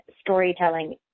storytelling